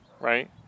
right